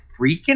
freaking